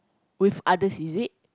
with other's is it